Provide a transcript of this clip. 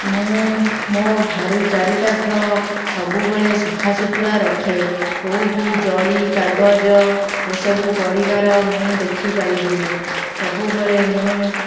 ମୁଁ ମୋ ଘର ଚାରିପାଖ ସବୁବେଳେ ସଫା ସୁତୁରା ରଖେ କେଉଁଠି ଜରି କାଗଜ ଏସବୁ ପଡ଼ିବାର ମୁଁ ଦେଖିପାରିବିନି ସବୁବେଳେ ମୁଁ